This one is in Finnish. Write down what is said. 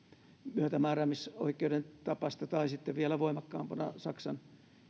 myötämääräämisoikeuden tapaista tai sitten vielä voimakkaampana saksan